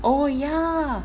oh ya